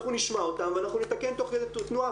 אנחנו נשמע אותם, ואנחנו נתקן תוך כדי תנועה.